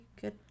good